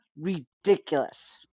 ridiculous